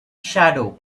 shadow